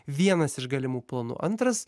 vienas iš galimų planų antras